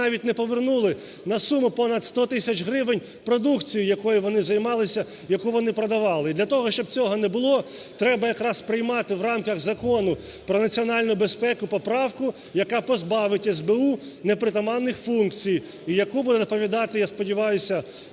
навіть не повернули на суму понад 100 тисяч гривень продукцію, якою вони займалися, яку вони продавали. Для того, щоб цього не було, треба якраз приймати в рамках Закону про національну безпеку поправку, яка позбавить СБУ непритаманних функцій, і яку буде доповідати, я сподіваюсь,